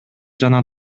жана